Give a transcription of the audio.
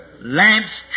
Lamps